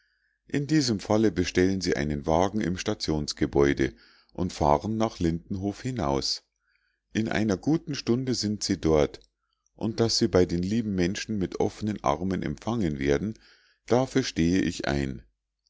in diesem falle bestellen sie einen wagen im stationsgebäude und fahren nach lindenhof hinaus in einer guten stunde sind sie dort und daß sie bei den lieben menschen mit offnen armen empfangen werden dafür stehe ich ein